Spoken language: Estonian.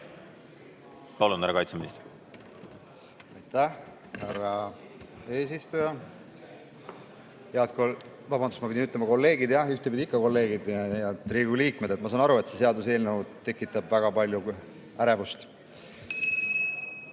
Ma saan aru, et see seaduseelnõu tekitab väga palju ärevust. Teile